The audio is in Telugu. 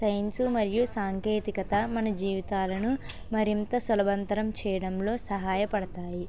సైన్సు మరియు సాంకేతికత మన జీవితాలను మరింత సులవంతరం చేయడంలో సహాయపడతాయి